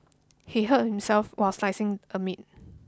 he hurt himself while slicing a meat